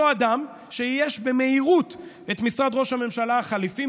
אותו אדם שאייש במהירות את משרד ראש הממשלה החליפי,